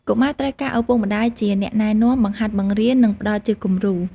កុមារត្រូវការឪពុកម្ដាយជាអ្នកណែនាំ បង្ហាត់បង្រៀន និងផ្តល់ជាគំរូ។